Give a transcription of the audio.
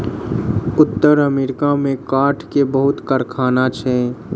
उत्तर अमेरिका में काठ के बहुत कारखाना छै